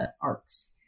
arcs